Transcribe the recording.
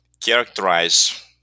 characterize